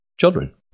children